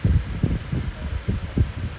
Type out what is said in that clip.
the Calvin Flips